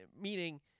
meaning